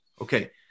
Okay